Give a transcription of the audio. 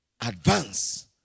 advance